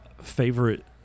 Favorite